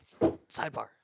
Sidebar